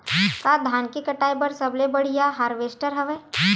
का धान के कटाई बर सबले बढ़िया हारवेस्टर हवय?